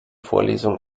vorlesung